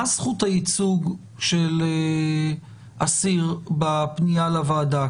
מה זכות הייצוג של אסיר בפניה לוועדה?